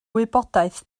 wybodaeth